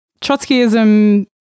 Trotskyism